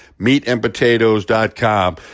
meatandpotatoes.com